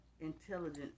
intelligence